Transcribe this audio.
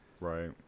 Right